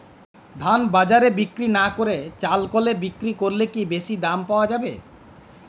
ধান বাজারে বিক্রি না করে চাল কলে বিক্রি করলে কি বেশী দাম পাওয়া যাবে?